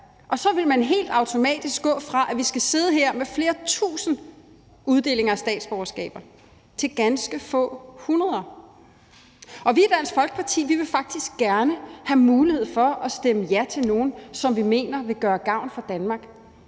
Og så vil man helt automatisk gå fra, at vi skal sidde her med flere tusind uddelinger af statsborgerskaber, til, at det er ganske få hundreder. Og i Dansk Folkeparti vil vi faktisk gerne have mulighed for at stemme ja til nogle, som vi mener vil gøre gavn for Danmark.